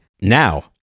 now